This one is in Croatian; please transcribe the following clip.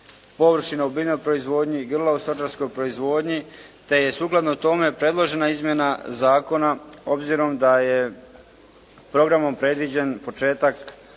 površina u biljnoj proizvodnji, grla u stočarskoj proizvodnji, te je sukladno tome predložena izmjena zakona obzirom da je programom predviđen početak